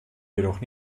jedoch